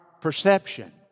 perception